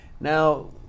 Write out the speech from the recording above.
Now